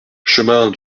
chemin